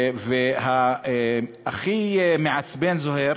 והכי מעצבן, זוהיר,